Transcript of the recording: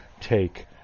take